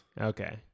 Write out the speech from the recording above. Okay